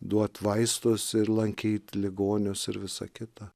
duot vaistus ir lankyt ligonius ir visa kita